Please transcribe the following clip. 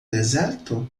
deserto